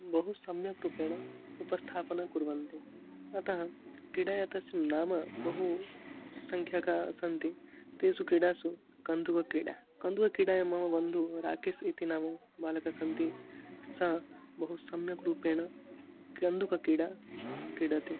बहु सम्यक् रूपेण उपस्थापनं कुर्वन्ति अतः क्रीडया तस् नाम बहु सङ्ख्यका सन्ति तासु क्रीडासु कन्दुकक्रीडा कन्दुकक्रीडायां मम बन्धुः राकेशः इति नाम बालकः सन्ति स बहु सम्यक् रूपेण कन्दुकक्रीडा क्रीडति